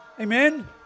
Amen